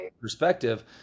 perspective